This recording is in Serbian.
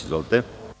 Izvolite.